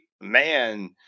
man